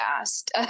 asked